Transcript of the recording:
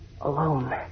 Alone